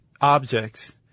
objects